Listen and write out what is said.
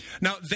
Now